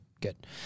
Good